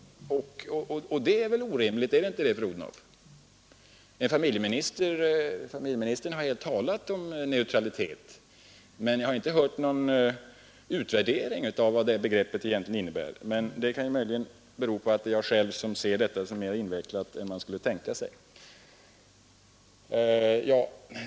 Och det är väl orimligt, eller hur fru Odhnoff? Familjeministern har talat om neutralitet, men jag har inte lagt märke till någon utvärdering av vad det begreppet egentligen innebär. Möjligen beror det på att jag själv ser detta som mera invecklat än det kanske är.